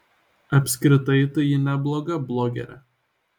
apskritai tai ji nebloga blogerė